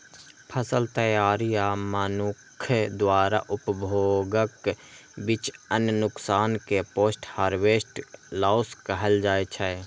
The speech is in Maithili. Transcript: फसल तैयारी आ मनुक्ख द्वारा उपभोगक बीच अन्न नुकसान कें पोस्ट हार्वेस्ट लॉस कहल जाइ छै